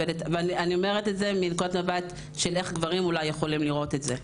ואני אומרת את זה מנקודת מבט של איך גברים אולי יכולים לראות את זה.